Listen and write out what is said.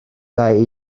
dau